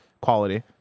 quality